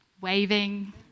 waving